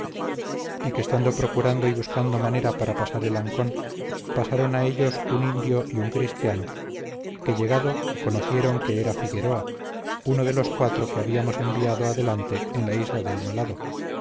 y que estando procurando y buscando manera para pasar el ancón pasaron a ellos un indio y un cristiano que llegado conocieron que era figueroa uno de los cuatro que habíamos enviado adelante en la isla del